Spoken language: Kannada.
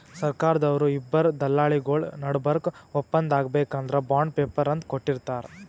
ಸರ್ಕಾರ್ದವ್ರು ಇಬ್ಬರ್ ದಲ್ಲಾಳಿಗೊಳ್ ನಡಬರ್ಕ್ ಒಪ್ಪಂದ್ ಆಗ್ಬೇಕ್ ಅಂದ್ರ ಬಾಂಡ್ ಪೇಪರ್ ಅಂತ್ ಕೊಟ್ಟಿರ್ತಾರ್